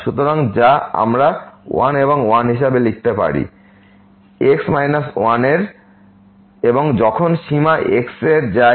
সুতরাং যা আমরা 1 এবং 1 হিসাবে লিখতে পারি x মাইনাস 1 এর এবং যখনসীমা x এর যায়